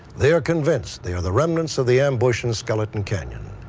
they are convinced they are the remnants of the ambush in skeleton canyon.